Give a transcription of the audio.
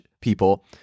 people